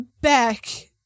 back